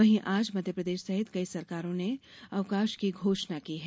वहीं आज मध्यप्रदेश सहित कई सरकारों ने अवकाश की घोषणा की है